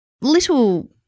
little